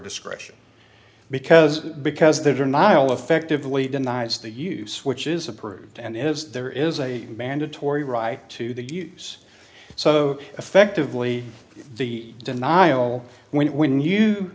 discretion because because their denial affectively denies the use which is approved and is there is a mandatory right to the use so effectively the denial when when you